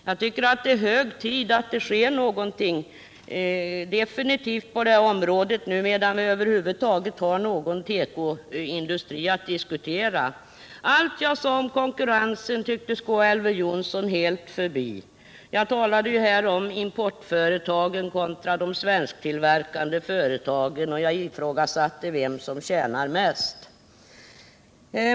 Jag tycker att det är hög tid att det sker något definitivt på detta område medan vi över huvud taget har någon tekoindustri att diskutera. Allt jag tidigare sade om konkurrensen tycks ha gått Elver Jonsson helt förbi. Jag talade här om importföretagen kontra de svensktillverkande företagen, och jag ifrågasatte vilka som tjänar mest.